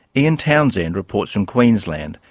ian townsend reports from queensland,